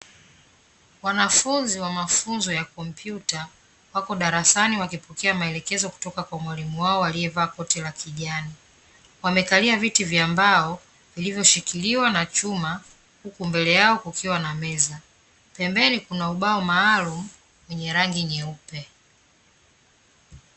Wanafunzi wa mafunzo ya kompyuta, wako darasani wakipokea maelekezo kutoka kwa mwalimu wao aliyevaa koti la kijani. Wamekalia viti vya mbao vilivyoshikiliwa na chuma huku mbele yao kukiwa na meza, pembeni kuna ubao maalumu wenye rangi nyeupe.